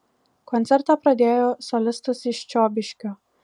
koncertą pradėjo solistas iš čiobiškio